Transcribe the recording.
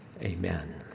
Amen